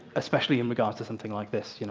especially in regards to something like this. you know